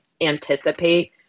anticipate